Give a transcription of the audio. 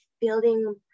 building